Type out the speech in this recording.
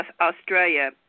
Australia